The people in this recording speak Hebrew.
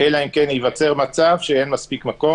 אלא אם כן ייווצר מצב שאין מספיק מקום,